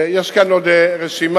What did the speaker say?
יש כאן עוד רשימה.